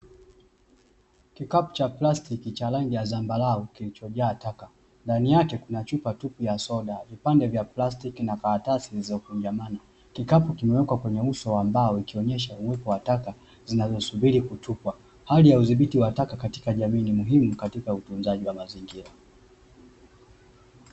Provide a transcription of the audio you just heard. Kikapu cha plastiki cha rangi ya zambarau, kilichojaa taka. Ndani yake kuna chupa tupu ya soda, vipande vya plastiki na karatasi zilizokunjamana. Kikapu kimewekwa kwenye uso wa mbao, ikionyesha uwepo wa taka zinazosubiri kutupwa. Hali ya uthibiti wa taka katika jamii ni muhimu katika utunzaji wa mazingira.